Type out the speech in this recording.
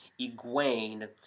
Egwene